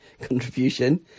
contribution